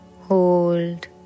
hold